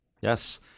Yes